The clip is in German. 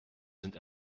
sind